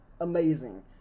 amazing